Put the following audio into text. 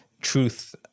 truth